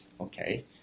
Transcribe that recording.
Okay